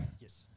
Yes